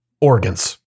organs